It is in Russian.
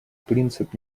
принцип